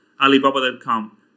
Alibaba.com